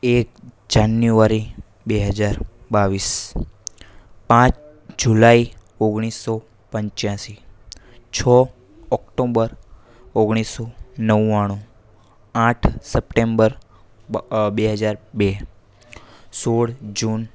એક જાન્યુઆરી બે હજાર બાવીસ પાંચ જુલાઈ ઓગણીસો પંચ્યાશી છો ઓક્ટોમ્બર ઓગણીસો નવ્વાણું આઠ સપ્ટેમ્બર બે હજાર બે સોળ જૂન